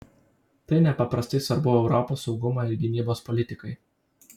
tai nepaprastai svarbu europos saugumo ir gynybos politikai